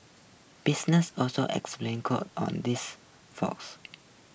businesses also explain on this